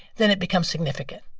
then it becomes significant.